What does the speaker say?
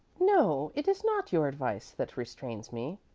no, it is not your advice that restrains me,